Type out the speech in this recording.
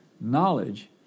knowledge